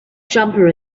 jumper